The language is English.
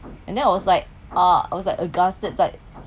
and then I was like ah I was like aghast like